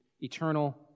eternal